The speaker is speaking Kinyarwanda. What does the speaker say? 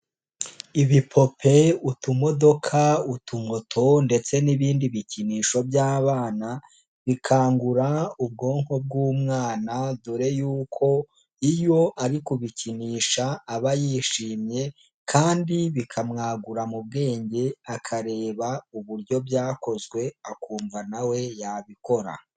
Ibipupe, utumodoka ,utumoto ndetse n'ibindi bikinisho by'abana bikangura ubwonko bw'umwana dore yuko iyo ari kubikinisha aba yishimye kandi bikamwagura mu bwenge, akareba uburyo byakozwe akumva nawe yabikora.